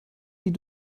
sie